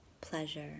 pleasure